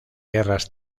guerras